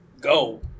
go